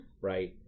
right